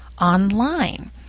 online